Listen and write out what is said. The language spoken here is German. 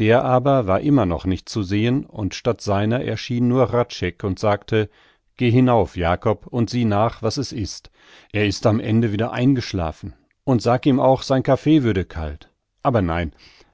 der aber war immer noch nicht zu sehen und statt seiner erschien nur hradscheck und sagte geh hinauf jakob und sieh nach was es ist er ist am ende wieder eingeschlafen und sag ihm auch sein kaffee würde kalt aber nein